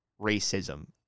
racism